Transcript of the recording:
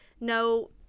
no